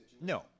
no